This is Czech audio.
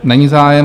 Není zájem.